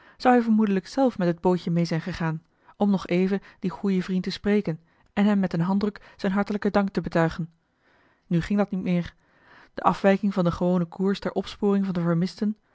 zou hij vermoedelijk zelf met het bootje mee zijn gegaan om nog even dien goeden vriend te spreken en hem met een handdruk zijn hartelijken dank te betuigen nu ging dat niet meer de afwijking van den gewonen koers ter opsporing van de vermisten